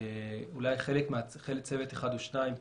אולי צוות אחד או שניים,